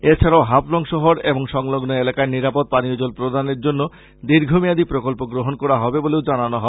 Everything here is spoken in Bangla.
এছাডা হাফলং শহর এবং সংলগ্ন এলাকায় নিরাপদ পানীয় জল প্রদানের জন্য দীর্ঘমেয়াদী প্রকল্প গ্রহন করা হবে বলেও জানানো হয়